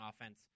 offense